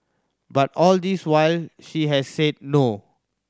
but all this while she has said no